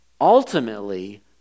ultimately